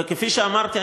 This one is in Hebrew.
וכפי שאמרתי,